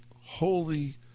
holy